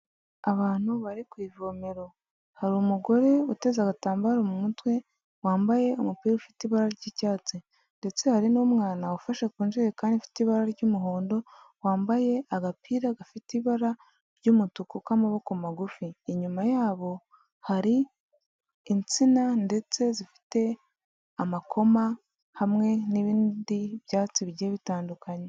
Abantu bari ku ivomero, hari umugore uteze agatambaro mu mutwe, wambaye umupira ufite ibara ry'icyatsi ndetse hari n'umwana ufashe kunjerekani ifite ibara ry'umuhondo, wambaye agapira gafite ibara ry'umutuku k'amaboko magufi, inyuma yabo hari insina ndetse zifite amakoma hamwe n'ibindi byatsi bigiye bitandukanye.